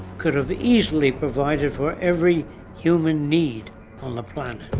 could have easily provided for every human need on the planet.